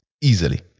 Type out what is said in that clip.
Easily